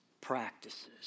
practices